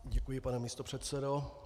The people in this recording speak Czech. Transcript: Děkuji, pane místopředsedo.